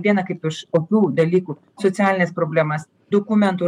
vieną kaip iš opių dalykų socialines problemas dokumentų